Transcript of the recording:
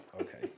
Okay